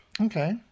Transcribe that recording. Okay